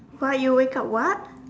sorry you wake up what